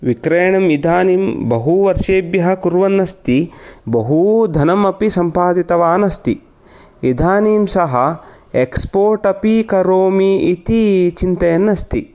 विक्रयणम् इदानीं बहू वर्षेभ्यः कुर्वन् अस्ति बहू धनम् अपि सम्पादितवान् अस्ति इदानीं सः एक्सपोर्ट् अपि करोमि इति चिन्तयन् अस्ति